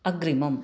अग्रिमम्